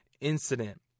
incident